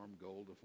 gold